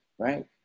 Right